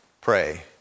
pray